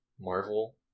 marvel